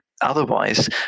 Otherwise